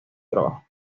trabajo